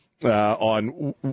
On